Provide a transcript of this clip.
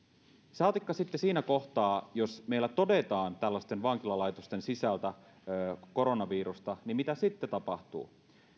saatikka sitten siinä kohtaa jos meillä todetaan tällaisten vankilalaitosten sisältä koronavirusta mitä sitten tapahtuu